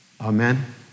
Amen